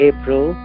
April